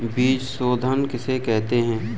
बीज शोधन किसे कहते हैं?